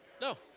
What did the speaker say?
No